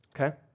okay